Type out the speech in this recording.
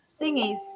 thingies